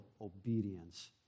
obedience